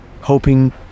hoping